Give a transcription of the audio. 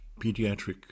pediatric